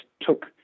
took